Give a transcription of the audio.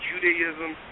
Judaism